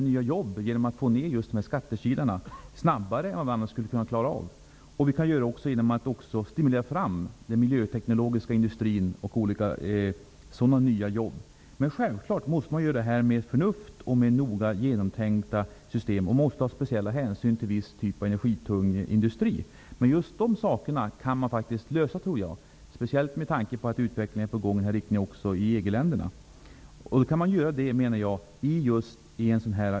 Vi kan genom att minska de här skattekilarna också främja skapandet av nya jobb snabbare än vad som annars vore möjligt, och vi kan också stimulera fram miljöteknologisk industri med nya jobb. Självfallet måste det här genomföras med förnuft och med noga genomtänkta system, och speciella hänsyn måste tas till viss typ av tung och energikrävande industri. Jag tror att just detta kan lösas, speciellt med tanke på att utvecklingen är på gång i den här riktningen också i EG-länderna. Jag menar att detta kan ske just i en utredning.